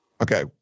Okay